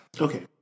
Okay